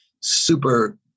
super